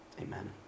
Amen